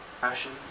passion